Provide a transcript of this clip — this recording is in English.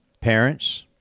parents